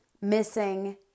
missing